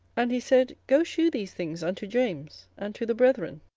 and he said, go shew these things unto james, and to the brethren.